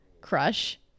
crush